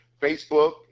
facebook